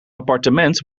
appartement